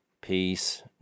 peace